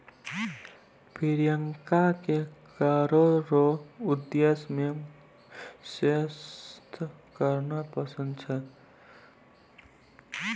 प्रियंका के करो रो उद्देश्य मे शोध करना पसंद छै